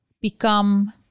become